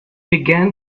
began